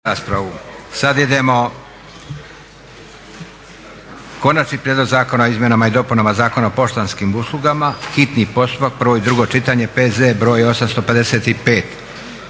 Sad idemo - Konačni prijedlog Zakona o izmjenama i dopunama Zakona o poštanskim uslugama, hitni postupak, prvo i drugo čitanje, P.Z.BR.855.